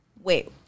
Wait